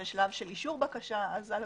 שלב של אישור בקשה וכולי.